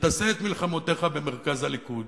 ותעשה את מלחמותיך במרכז הליכוד,